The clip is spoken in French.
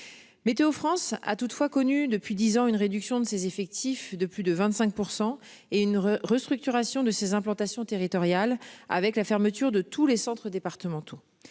Météo France a toutefois connu depuis 10 ans une réduction de ses effectifs de plus de 25% et une restructuration de ses implantations territoriales avec la fermeture de tous les centres départementaux.